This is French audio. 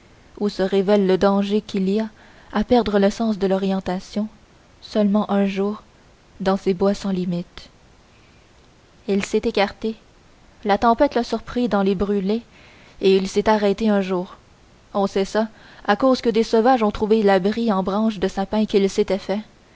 où se révèle le danger qu'il y a à perdre le sens de l'orientation seulement un jour dans ces bois sans limites il s'est écarté la tempête l'a surpris dans les brûlés et il s'est arrêté un jour on sait ça à cause que des sauvages ont trouvé l'abri en branches de sapin qu'il s'était fait